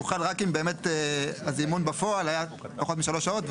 הוא חל רק אם באמת הזימון בפועל היה פחות משלוש שעות,